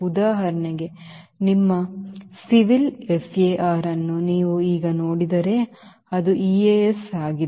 ಉದಾಹರಣೆಗೆ ನಿಮ್ಮ civil FAR ಅನ್ನು ನೀವು ಈಗ ನೋಡಿದರೆ ಅದು EASಆಗಿದೆ